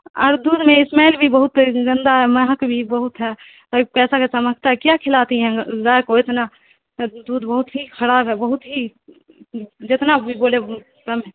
اور دودھ میں اسمیل بھی بہت گندا ہے مہک بھی بہت ہے اور ایک پیسہ کا سمجھتا ہے کیا کھلاتی ہیں گائے کو اتنا دودھ بہت ہی خراب ہے بہت ہی جتنا بھی بولے کم ہے